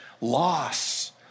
loss